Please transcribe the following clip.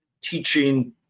teaching